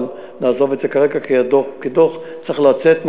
אבל נעזוב את זה כרגע כי הדוח כדוח צריך לצאת.